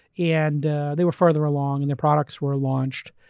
and they were further along, and their products were launched.